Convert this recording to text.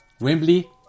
Wembley